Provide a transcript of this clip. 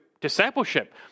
discipleship